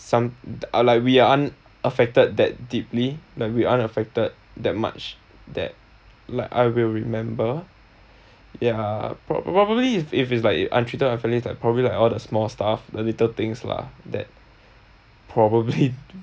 some are like we aren't affected that deeply that we aren't affected that much that like I will remember ya prob~ probably if if it's like I'm treated unfairly like probably like all the small stuff the little things lah that probably